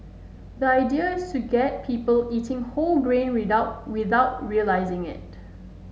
the idea is to get people eating whole grain without without realising it